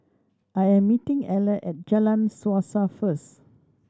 I am meeting Eller at Jalan Suasa first